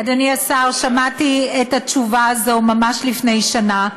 אדוני השר, שמעתי את התשובה הזאת ממש לפני שנה.